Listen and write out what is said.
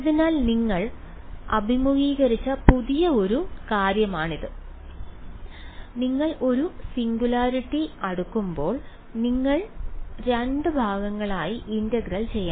അതിനാൽ നിങ്ങൾ അഭിമുഖീകരിച്ച പുതിയ ഒരു കാര്യമാണിത് നിങ്ങൾ ഒരു സിംഗുലാരിറ്റി അടിക്കുമ്പോൾ നിങ്ങൾ രണ്ട് ഭാഗങ്ങളായി ഇന്റഗ്രൽ ചെയ്യണം